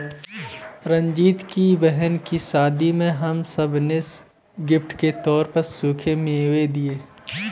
रंजीत की बहन की शादी में हम सब ने गिफ्ट के तौर पर सूखे मेवे दिए